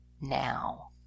now